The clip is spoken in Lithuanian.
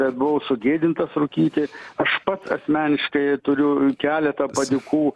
bet buvau sugėdintas rūkyti aš pats asmeniškai turiu keletą padėkų